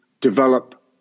develop